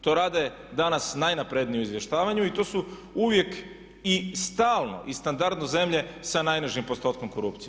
To rade danas najnapredniji u izvještavanju i to su uvijek i stalno i standardno zemlje sa najnižim postotkom korupcije.